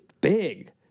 big